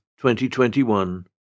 2021